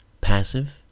passive